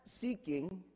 seeking